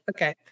Okay